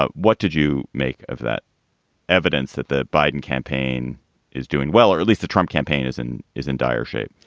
ah what did you make of that evidence that the biden campaign is doing well or at least the trump campaign is and is in dire shape?